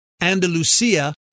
Andalusia